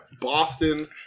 Boston